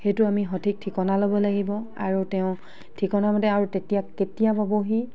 সেইটো আমি সঠিক ঠিকনা ল'ব লাগিব আৰু তেওঁক ঠিকনামতে আৰু তেতিয়া কেতিয়া পাবহি